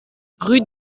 rue